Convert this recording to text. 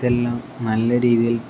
ഇതെല്ലാം നല്ല രീതിയിൽ